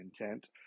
intent